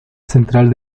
central